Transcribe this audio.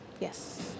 Yes